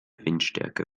windstärke